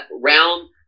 realm